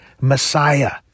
Messiah